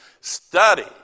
study